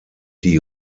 die